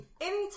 Anytime